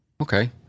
Okay